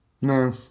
No